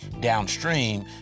downstream